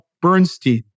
Bernstein